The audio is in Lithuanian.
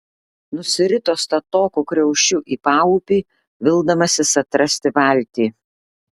nusirito statoku kriaušiu į paupį vildamasis atrasti valtį